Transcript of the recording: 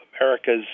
America's